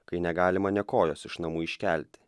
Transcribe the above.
kai negalima nė kojos iš namų iškelti